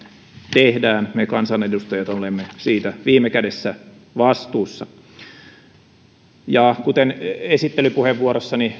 tehdään me kansanedustajat olemme siitä viime kädessä vastuussa kuten myös esittelypuheenvuorossani